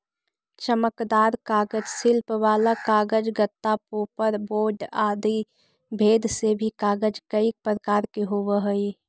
चमकदार कागज, शिल्प वाला कागज, गत्ता, पोपर बोर्ड आदि भेद से भी कागज कईक प्रकार के होवऽ हई